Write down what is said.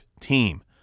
team